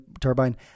turbine